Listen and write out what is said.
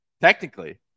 Technically